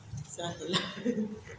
जाहैला